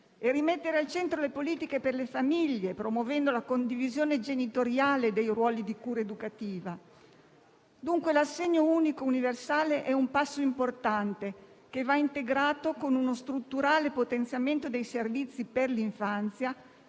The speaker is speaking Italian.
e rimettere al centro le politiche per le famiglie, promuovendo la condivisione genitoriale dei ruoli di cura educativa. Dunque l'assegno unico universale è un passo importante che va integrato con uno strutturale potenziamento dei servizi per l'infanzia